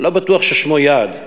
לא בטוח ששמו יעד.